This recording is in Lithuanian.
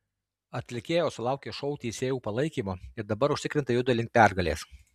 atlikėjos sulaukė šou teisėjų palaikymo ir dabar užtikrintai juda link pergalės